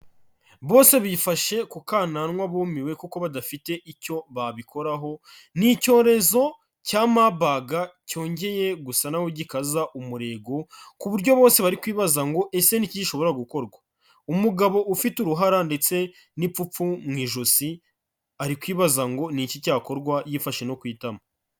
Bose bifashe ku kananwa bumiwe kuko badafite icyo babikoraho, ni icyorezo cya Marburg cyongeye gusa naho gikaza umurego, ku buryo bose bari kwibaza ngo ese ni iki gishobora gukorwa? Umugabo ufite uruhara ndetse n'ipfupfu mu ijosi ari kwibaza ngo ni iki cyakorwa yifashe no ku itama.